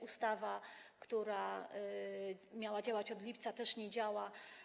Ustawa, która miała działać od lipca, też nie działa.